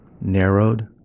narrowed